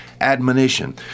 admonition